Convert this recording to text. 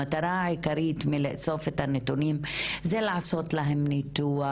המטרה העיקרית בלאסוף את הנתונים זה לעשות להם ניתוח,